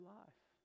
life